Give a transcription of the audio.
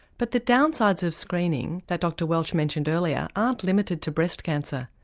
but the downsides of screening that dr welch mentioned earlier aren't limited to breast cancer.